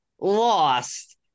lost